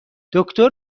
دکتر